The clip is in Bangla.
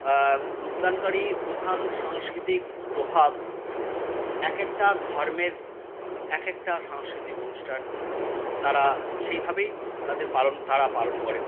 রূপদানকারী প্রধান সাংস্কৃতিক প্রভাব একেকটা ধর্মের একেকটা সাংস্কৃতিক অনুষ্ঠান তারা সেইভাবেই তাদের পালন তারা পালন করে